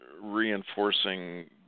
reinforcing